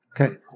Okay